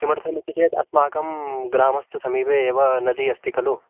किमर्थम् इति चेत् अस्माकं ग्रामस्य समीपे एव नदी अस्ति खलु